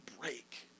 break